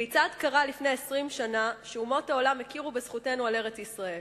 כיצד קרה לפני 20 שנה שאומות העולם הכירו בזכותנו על ארץ-ישראל?